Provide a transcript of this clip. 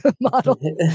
model